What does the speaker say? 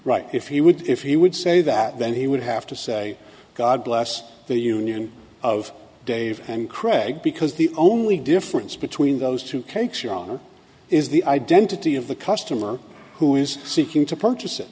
right if he would if he would say that then he would have to say god bless the union of dave and craig because the only difference between those two cakes yana is the identity of the customer who is seeking to purchase it